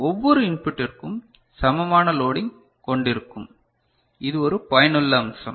ஒவ்வொரு இன்புட்டிற்கும் சமமான லோடிங் கொண்டிருக்கும் இது ஒரு பயனுள்ள அம்சம்